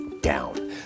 down